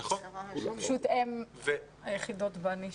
פשוט הם היחידות בנישה.